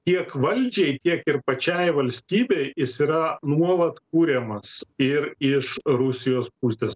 tiek valdžiai tiek ir pačiai valstybei jis yra nuolat kuriamas ir iš rusijos pusės